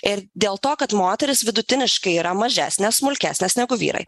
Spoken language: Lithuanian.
ir dėl to kad moterys vidutiniškai yra mažesnės smulkesnės negu vyrai